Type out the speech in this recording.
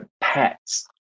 pets